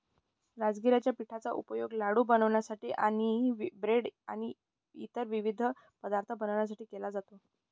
राजगिराच्या पिठाचा उपयोग लाडू बनवण्यासाठी आणि ब्रेड आणि इतर विविध पदार्थ बनवण्यासाठी केला जातो